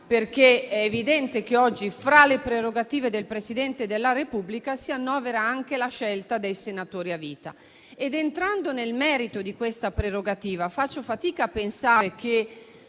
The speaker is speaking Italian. evidente infatti che oggi, fra le prerogative del Presidente della Repubblica, si annovera anche la scelta dei senatori a vita. Entrando nel merito di questa prerogativa, faccio fatica a pensare che